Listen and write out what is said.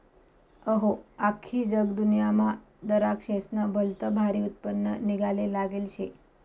अहो, आख्खी जगदुन्यामा दराक्शेस्नं भलतं भारी उत्पन्न निंघाले लागेल शे